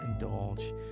indulge